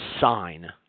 sign